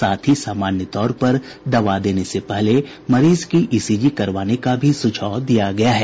साथ ही सामान्य तौर पर दवा देने से पहले मरीज की ई सी जी करवाने का भी सुझाव दिया गया है